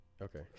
okay